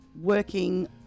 working